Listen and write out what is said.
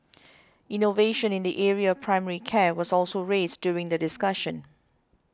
innovation in the area of primary care was also raised during the discussion